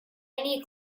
tiny